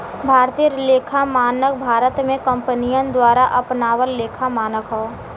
भारतीय लेखा मानक भारत में कंपनियन द्वारा अपनावल लेखा मानक हौ